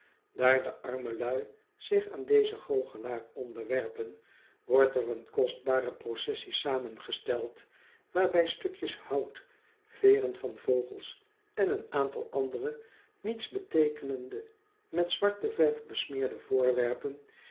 daar de arme lui zich aan dezen goochelaar onderwerpen wordt er een kostbare processie samengesteld waarbij stukjes hout veeren van vogels en een aantal andere nietsbetekenende met zwarte verf besmeerde voorwerpen